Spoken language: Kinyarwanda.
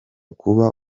kuba